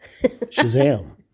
Shazam